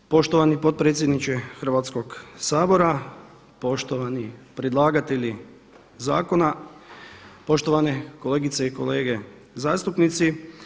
Poštovani potpredsjedniče Hrvatskog sabora, poštovani predlagatelji zakona, poštovane kolegice i kolege zastupnici.